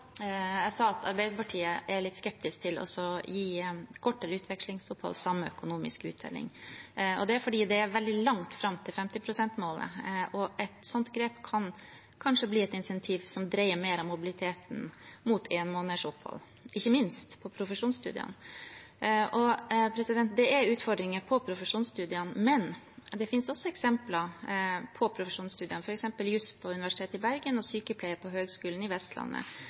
det er fordi det er veldig langt fram til 50 prosent-målet, og et slikt grep kan kanskje bli et insentiv som dreier mer av mobiliteten mot énmånedsopphold, ikke minst på profesjonsstudiene. Det er utfordringer på profesjonsstudiene, men det finnes også gode eksempler ved profesjonsstudiene, f.eks. på juss på Universitetet i Bergen og på sykepleie på Høgskulen på Vestlandet,